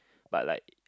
but like